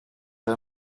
are